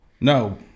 No